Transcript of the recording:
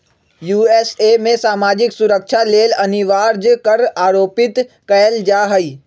USA में सामाजिक सुरक्षा लेल अनिवार्ज कर आरोपित कएल जा हइ